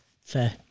Fair